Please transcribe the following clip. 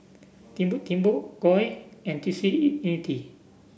Timbuk Timbuk Koi and T C Unity